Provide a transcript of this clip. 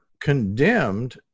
condemned